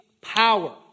power